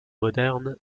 modernes